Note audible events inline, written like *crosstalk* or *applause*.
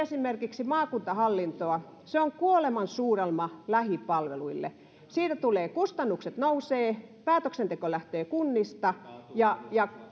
esimerkiksi maakuntahallintoa se on kuolemansuudelma lähipalveluille kustannukset nousevat päätöksenteko lähtee kunnista ja ja *unintelligible*